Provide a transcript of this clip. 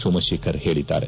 ಸೋಮಶೇಖರ್ ಹೇಳಿದ್ದಾರೆ